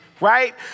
Right